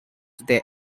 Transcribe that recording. they